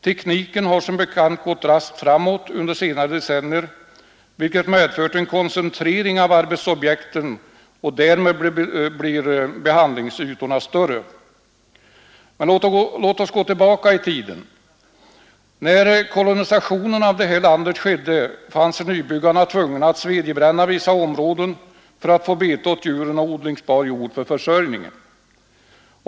Tekniken har som bekant gått raskt framåt under senare decennier, vilket medfört en koncentrering av arbetsobjekten, och därmed blir behandlingsytorna större. Låt oss gå tillbaka i tiden. När kolonisationen av det här landet skedde fann sig nybyggarna tvungna att svedjebränna vissa områden för att få bete åt djuren och odlingsbar jord för försörjningen.